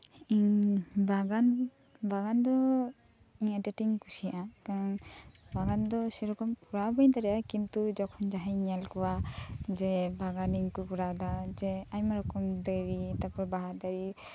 ᱤᱧ ᱵᱟᱜᱟᱱ ᱵᱟᱜᱟᱱ ᱫᱚ ᱤᱧ ᱟᱹᱰᱤ ᱟᱴᱤᱧ ᱠᱩᱥᱤᱭᱟᱜᱼᱟ ᱠᱟᱨᱚᱱ ᱵᱟᱜᱟᱱ ᱫᱚ ᱥᱮ ᱨᱚᱠᱚᱢ ᱠᱚᱨᱟᱣ ᱵᱟᱹᱧ ᱫᱟᱲᱮᱭᱟᱜᱼᱟ ᱠᱤᱱᱛᱩ ᱡᱚᱠᱷᱚᱱ ᱡᱟᱦᱟᱸᱭ ᱤᱧ ᱧᱮᱞᱠᱚᱣᱟ ᱡᱮ ᱵᱟᱜᱟᱱᱤᱧ ᱠᱩ ᱠᱚᱨᱟᱣᱮᱫᱟ ᱥᱮ ᱟᱭᱢᱟ ᱨᱚᱠᱚᱢ ᱫᱟᱨᱤ ᱛᱟᱯᱚᱨ ᱵᱟᱦᱟ ᱫᱟᱨᱤ